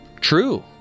True